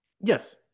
Yes